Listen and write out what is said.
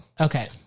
Okay